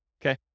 Okay